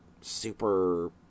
super